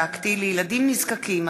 2014,